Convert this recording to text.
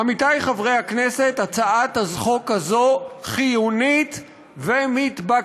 עמיתי חברי הכנסת, הצעת החוק הזאת חיונית ומתבקשת.